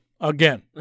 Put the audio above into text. Again